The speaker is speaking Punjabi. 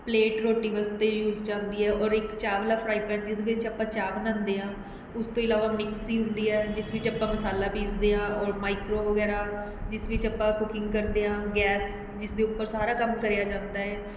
ਪਲੇਟ ਰੋਟੀ ਵਾਸਤੇ ਯੂਜ਼ 'ਚ ਆਉਂਦੀ ਹੈ ਔਰ ਇੱਕ ਚਾਹ ਵਾਲਾ ਫਰਾਈ ਪੈਨ ਜਿਹਦੇ ਵਿੱਚ ਆਪਾਂ ਚਾਹ ਬਣਾਉਂਦੇ ਹਾਂ ਉਸ ਤੋਂ ਇਲਾਵਾ ਮਿਕਸੀ ਹੁੰਦੀ ਹੈ ਜਿਸ ਵਿੱਚ ਆਪਾਂ ਮਸਾਲਾ ਪੀਸਦੇ ਹਾਂ ਔਰ ਮਾਈਕ੍ਰੋ ਵਗੈਰਾ ਜਿਸ ਵਿੱਚ ਆਪਾਂ ਕੁਕਿੰਗ ਕਰਦੇ ਹਾਂ ਗੈਸ ਜਿਸ ਦੇ ਉੱਪਰ ਸਾਰਾ ਕੰਮ ਕਰਿਆ ਜਾਂਦਾ ਹੈ